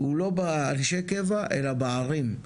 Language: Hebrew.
הוא לא באנשי הקבע, אלא בערים.